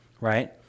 right